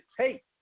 take